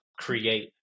create